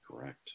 Correct